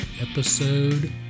Episode